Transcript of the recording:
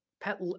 pet